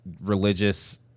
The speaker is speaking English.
religious